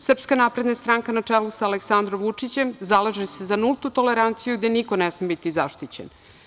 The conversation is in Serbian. Srpska napredna stranka, na čelu sa Aleksandrom Vučićem, zalaže se za nultu toleranciju, gde niko ne sme biti zaštićen.